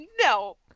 no